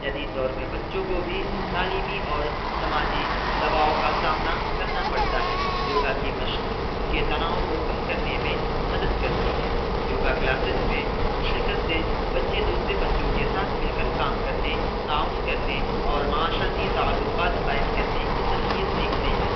جدید دور میں بچوں کو بھی تعلیمی اور سماجی دباؤ کا سامنا کرنا پڑتا ہے یوگا کی مشق ان کے تناؤ کو کم کرنے میں مدد کرتی ہے یوگا کلاسیز میں شرکت سے بچے دوسرے بچوں کے ساتھ مل کر کام کرنے تعاون کرنے اور معاشرتی تعلقات قائم کرنے کی صلاحیت سیکھتے ہیں